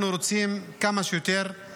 אנחנו רוצים לשפר